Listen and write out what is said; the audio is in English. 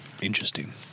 Interesting